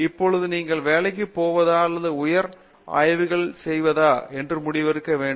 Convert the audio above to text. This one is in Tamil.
இப்பொழுது நீங்கள் வேலைக்கு போவதா அல்லது உயர் ஆய்வுகள் செய்யவதா என்று முடிவெடுக்க வேண்டும்